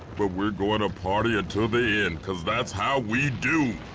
but we're going to party until the end cause that's how we do.